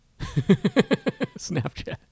Snapchat